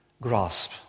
grasp